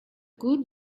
good